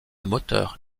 moteur